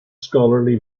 scholarly